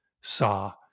saw